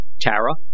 Tara